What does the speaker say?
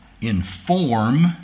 inform